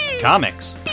comics